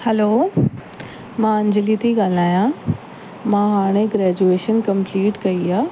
hello मां अंजली थी ॻाल्हायां मां हाणे ग्रेजुएशन कंप्लीट कई आहे